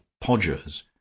Podgers